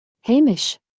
Hamish